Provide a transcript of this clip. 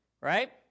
right